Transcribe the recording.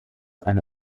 eine